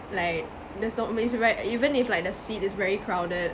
like there's no space right even if like the seat is very crowded